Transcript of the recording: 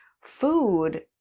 food